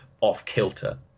off-kilter